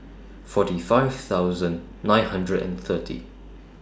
forty five thousand nine hundred and thirty